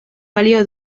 balio